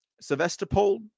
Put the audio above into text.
Sevastopol